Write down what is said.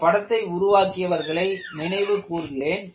இந்த படத்தை உருவாக்கியவர்களை நினைவு கூர்கிறேன்